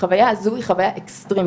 חוויה הזו, היא חוויה אקסטרימית,